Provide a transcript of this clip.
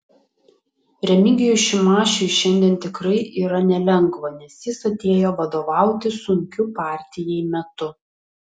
remigijui šimašiui šiandien tikrai yra nelengva nes jis atėjo vadovauti sunkiu partijai metu